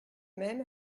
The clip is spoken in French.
même